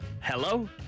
Hello